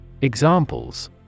Examples